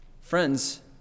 Friends